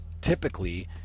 typically